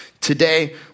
Today